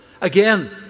Again